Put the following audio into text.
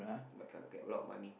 but ca get a lot of money